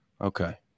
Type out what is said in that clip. Okay